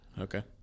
Okay